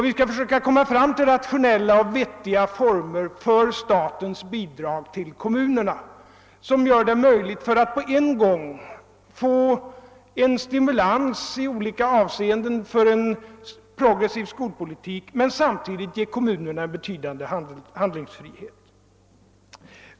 Vi skall försöka komma fram till rationella och vettiga former för statens bidrag till kommunerna som gör det möjligt att på samma gång ge en stimulans i olika avseenden till en progressiv skolpolitik och ge kommunerna betydande handlingsfrihet.